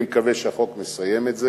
אני מקווה שהחוק מסיים את זה,